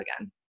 again